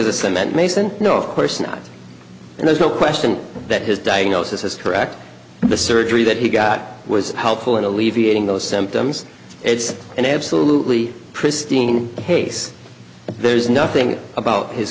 is a cement mason no of course not and there's no question that his diagnosis is correct and the surgery that he got was helpful in alleviating those symptoms it's an absolutely pristine case there's nothing about his